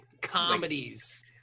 comedies